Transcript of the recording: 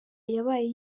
yabaye